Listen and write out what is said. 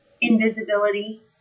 Invisibility